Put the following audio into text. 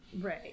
Right